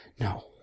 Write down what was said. No